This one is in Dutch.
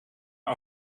een